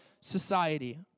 society